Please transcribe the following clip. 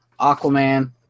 Aquaman